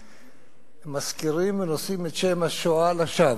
לחזור, אבל לא בשביל שתפריע שוב.